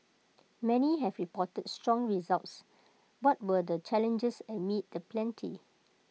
many have reported strong results what were the challenges amid the plenty